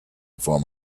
before